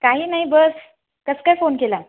काही नाही बस कसं काय फोन केला